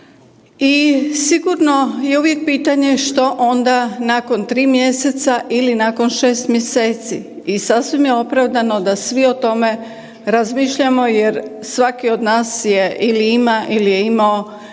i sigurno je uvijek pitanje što onda nakon 3 mjeseca ili nakon 6 mjeseci. I sasvim je opravdano da svi o tome razmišljamo jer svaki od nas je ili ima ili je imao